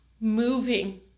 moving